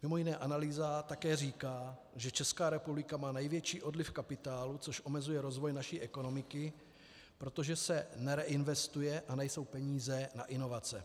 Mimo jiné analýza také říká, že Česká republika má největší odliv kapitálu, což omezuje rozvoj naší ekonomiky, protože se nereinvestuje a nejsou peníze na inovace.